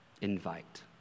Invite